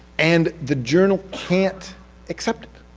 and the journal can't accept it.